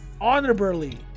honorably